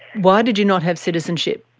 why did you not have citizenship?